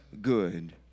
good